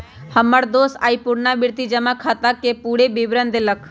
हमर दोस आइ पुरनावृति जमा खताके पूरे विवरण देलक